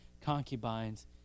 concubines